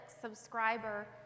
subscriber